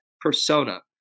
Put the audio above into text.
persona